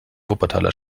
wuppertaler